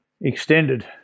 extended